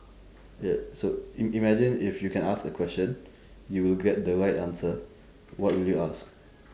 ya so im~ imagine if you can ask a question you will get the right answer what will you ask